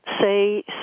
say